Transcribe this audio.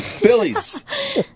Billies